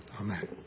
Amen